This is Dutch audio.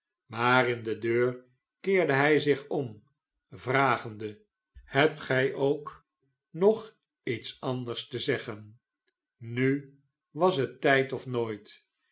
maar in de deur keerde hij zich om vragende hebt gij ook nog iets anders te zeggen nu was het tijd of nooit